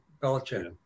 Belichick